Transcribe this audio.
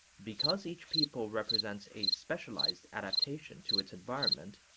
because each people represents a specialized adaptation to its environment,